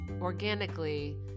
organically